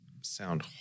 sound